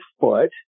foot